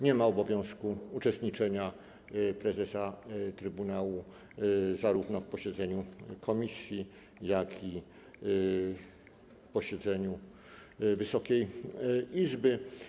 Nie ma obowiązku uczestniczenia prezesa trybunału zarówno w posiedzeniu komisji, jak i w posiedzeniu Wysokiej Izby.